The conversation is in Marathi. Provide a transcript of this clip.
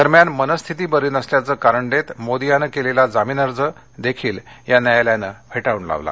दरम्यान मनःस्थितीबरी नसल्याचं कारण देत मोदी याने केलेला जामीन अर्ज देखील या न्यायालयाने फेटाळून लावला आहे